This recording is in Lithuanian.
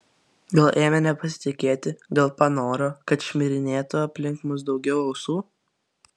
gal ėmė nepasitikėti gal panoro kad šmirinėtų aplink mus daugiau ausų